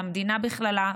על המדינה בכללה,